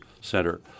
Center